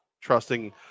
trusting –